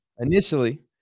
initially